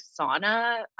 sauna